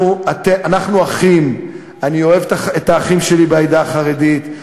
אנחנו אחים, אני אוהב את האחים שלי בעדה החרדית.